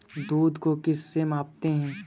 दूध को किस से मापते हैं?